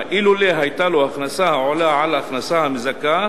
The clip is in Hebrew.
אילולא היתה לו הכנסה העולה על ההכנסה המזכה